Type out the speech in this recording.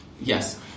Yes